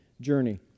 journey